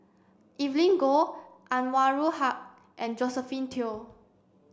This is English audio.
Evelyn Goh Anwarul Haque and Josephine Teo